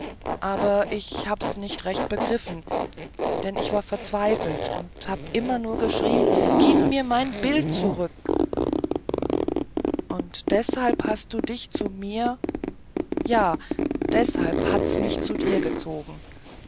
aber ich hab's nicht recht begriffen denn ich war verzweifelt und hab immer nur geschrien gib mir mein bild zurück und deshalb hat's dich zu mir ja deshalb hat's mich zu dir gezogen